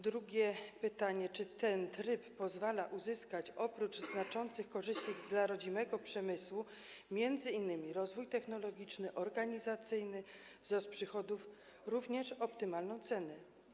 Drugie pytanie: Czy ten tryb pozwala uzyskać oprócz znaczących korzyści dla rodzimego przemysłu m.in. rozwój technologiczny, organizacyjny, wzrost przychodów, również optymalną cenę?